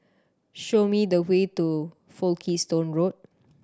show me the way to Folkestone Road